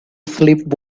sleep